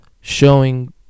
showing